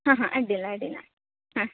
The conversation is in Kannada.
ಹಾಂ ಹಾಂ ಅಡ್ಡಿಲ್ಲ ಅಡ್ಡಿಲ್ಲ ಹಾಂ